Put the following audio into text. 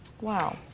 Wow